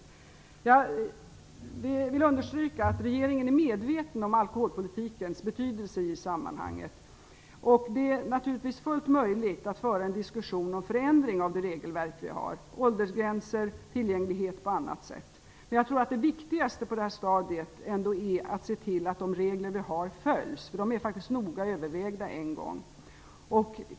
Jag vill understryka att regeringen är medveten om alkoholpolitikens betydelse i sammanhanget. Det är naturligtvis fullt möjligt att föra en diskussion om förändring av det regelverk som vi har - om åldersgränser annat som berör tillgängligheten - men jag tror att det viktigaste på detta stadium ändå är att se till att de regler som vi har följs. De är faktiskt en gång noga övervägda.